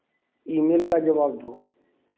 ई mail का जवाब दो